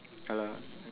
ya lah